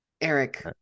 Eric